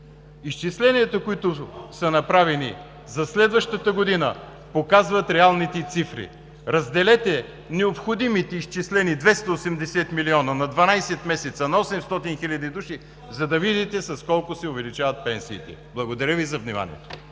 Изчисленията, които са направени за следващата година, показват реалните цифри. Разделете необходимите изчислени 280 милиона на 12 месеца, на 800 хил. души, за да видите с колко се увеличават пенсиите! Благодаря Ви за вниманието.